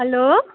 hello